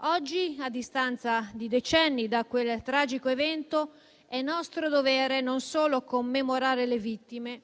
Oggi, a distanza di decenni da quel tragico evento, è nostro dovere non solo commemorare le vittime,